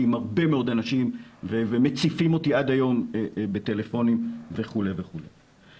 עם הרבה מאוד אנשים ומציפים אותי עד היום בטלפונים וכו' וכו'.